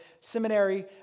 Seminary